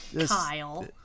Kyle